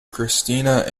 christina